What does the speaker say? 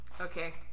Okay